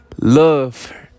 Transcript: love